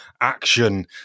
action